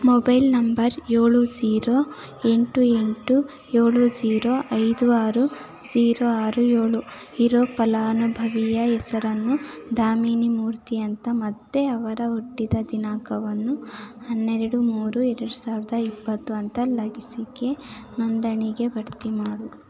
mobile number ಏಳು zero ಎಂಟು ಎಂಟು ಏಳು ಝೀರೋ ಐದು ಆರು ಝೀರೋ ಆರು ಏಳು ಇರೋ ಫಲಾನುಭವಿಯ ಹೆಸರನ್ನು ದಾಮಿನಿ ಮೂರ್ತಿ ಅಂತ ಮತ್ತೆ ಅವರ ಹುಟ್ಟಿದ ದಿನಾಂಕವನ್ನು ಹನ್ನೆರಡು ಮೂರು ಎರಡು ಸಾವ್ರ್ದ ಇಪ್ಪತ್ತು ಅಂತ ಲಸಿಕೆ ನೋಂದಣಿಗೆ ಭರ್ತಿ ಮಾಡು